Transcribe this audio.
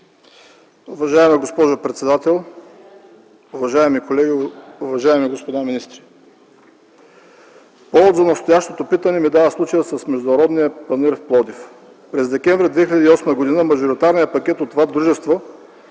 Уважаема госпожо председател, уважаеми колеги, уважаеми господа министри! Повод за настоящото питане ми дава случаят с Международния панаир в Пловдив. През декември 2008 г. мажоритарният пакет от това дружество